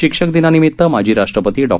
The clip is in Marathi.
शिक्षक दिनानिमित्त माजी राष्ट्रपती डॉ